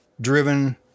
driven